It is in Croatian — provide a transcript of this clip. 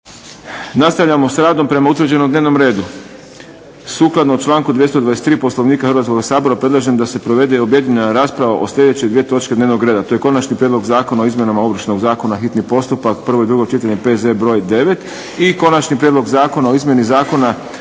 Nastavljamo s radom prema utvrđenom dnevnom redu. Sukladno članku 223. Poslovnika Hrvatskoga sabora predlažem da se provede objedinjena rasprava o sljedeće dvije točke dnevnog reda. To je 8. Prijedlog zakona o izmjenama Ovršnog zakona, s Konačnim prijedlogom zakona,